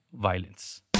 violence